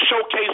showcase